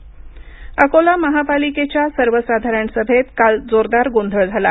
अकोला अकोला महापालिकेच्या सर्वसाधारण सभेत काल जोरदार गोंधळ झाला